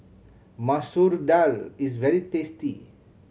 Masoor Dal is very tasty